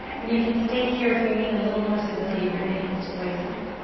then you can stay here. if you need a little more stability bring the hands to the waistline.